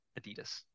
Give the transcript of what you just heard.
Adidas